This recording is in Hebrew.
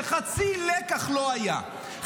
חצי לקח לא היה,